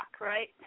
right